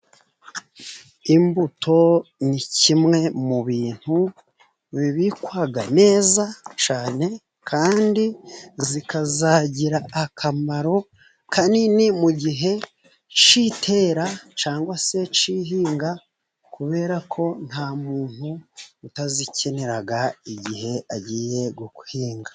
Imbuto ni kimwe mu bintu bibikwa neza cyane, kandi zikazagira akamaro kanini mu gihe cy'itera cyangwa se cy'ihinga, kubera ko nta muntu utazikenera igihe agiye guhinga.